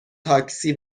تاکسی